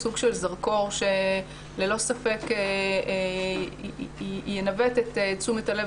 הוא סוג של זרקור שללא ספק ינווט את תשומת הלב